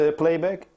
playback